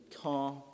car